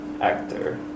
actor